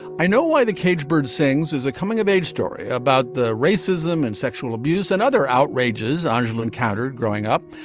i know why the caged bird sings is a coming of age story about the racism and sexual abuse and other outrages ah angel encountered growing up.